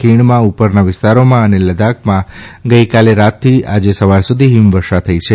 ખીણમાં ઉપરના વિસ્તારોમાં અને લદ્દાખમાં ગઇકાલે રાત્રીથી આજે સવાર સુધી હિમવર્ષા થઇ છે